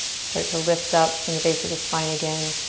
start to lift up from the base of the spine again.